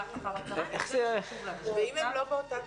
ואם הם לא באותה תנועה?